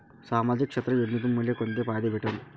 सामाजिक क्षेत्र योजनेतून मले कोंते फायदे भेटन?